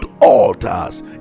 altars